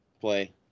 play